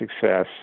success